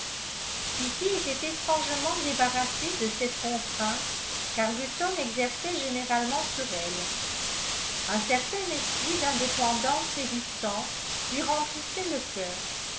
kitty était étrangement débarrassée de cette contrainte qu'arbuton exerçait généralement sur elle un certain esprit d'indépendante résistance lui remplissait le cœur